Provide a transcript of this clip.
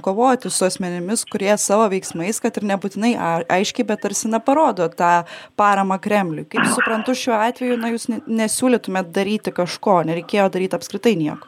kovoti su asmenimis kurie savo veiksmais kad ir nebūtinai ai aiškiai bet tarsi na parodo tą paramą kremliui kaip suprantu šiuo atveju na jūs nesiūlytumėt daryti kažko nereikėjo daryt apskritai nieko